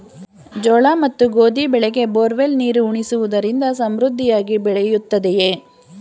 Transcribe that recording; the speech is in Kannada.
ಜೋಳ ಮತ್ತು ಗೋಧಿ ಬೆಳೆಗೆ ಬೋರ್ವೆಲ್ ನೀರು ಉಣಿಸುವುದರಿಂದ ಸಮೃದ್ಧಿಯಾಗಿ ಬೆಳೆಯುತ್ತದೆಯೇ?